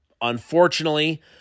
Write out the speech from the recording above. unfortunately